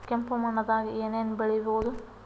ಕೆಂಪು ಮಣ್ಣದಾಗ ಏನ್ ಏನ್ ಬೆಳಿಬೊದು?